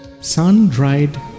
Sun-dried